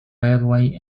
railway